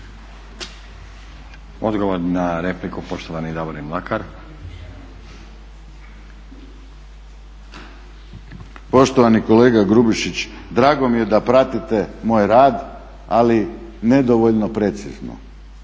Davorin Mlakar. **Mlakar, Davorin (HDZ)** Poštovani kolega Grubišić, drago mi je da pratite moj rad ali nedovoljno precizno.